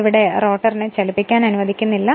ഇവിടെ റോട്ടറിനെ ചലിപ്പിക്കാൻ അനുവദിക്കുന്നില്ല